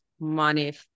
money